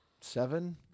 seven